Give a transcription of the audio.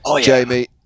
Jamie